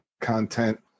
content